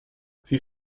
sie